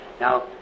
Now